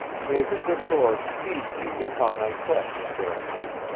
may the good lord speed ye upon thy quest, fair knight,